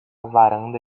varanda